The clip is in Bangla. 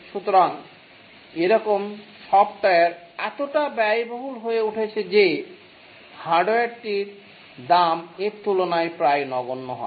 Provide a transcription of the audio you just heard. সুতরাং এরকম সফ্টওয়্যার এতটা ব্যয়বহুল হয়ে উঠছে যে হার্ডওয়্যারটির দাম এর তুলনায় প্রায় নগন্য হয়